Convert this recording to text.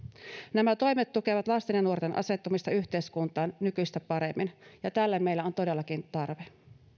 nämä toimet tukevat lasten ja nuorten asettumista yhteiskuntaan nykyistä paremmin ja tälle meillä on todellakin tarve